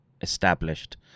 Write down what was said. established